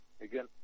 Again